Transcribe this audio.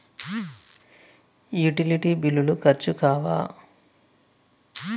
Utility బిల్లులు ఖర్చు కావా?